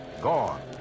gone